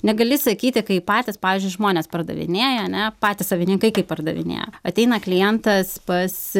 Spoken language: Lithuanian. negali sakyti kai patys pavyzdžiui žmonės pardavinėja ane patys savininkai kai pardavinėja ateina klientas pas